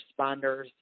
responders